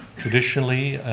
traditionally,